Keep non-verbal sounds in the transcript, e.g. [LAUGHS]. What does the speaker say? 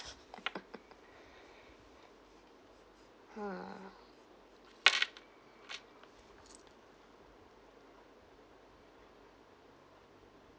[LAUGHS] ha